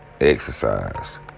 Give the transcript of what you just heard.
exercise